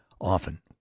Often